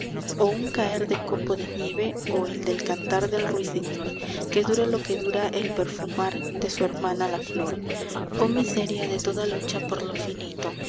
o un caer de copo de nieve o el del cantar del ruiseñor que dura lo que dura el perfumar de su hermana la flor oh miseria de toda lucha por lo finito